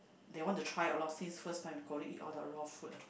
they want to try a lot since first time in Korea eat all the raw food ah